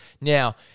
Now